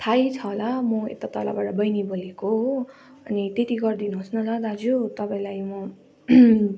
थाहै छ होला म यता तलबाट बहिनी बोलेको हो अनि त्यति गरिदिनुहोस् न ल दाजु तपाईँलाई म